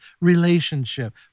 relationship